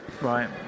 right